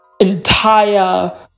entire